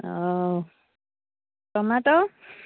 ଆଉ ଟୋମାଟ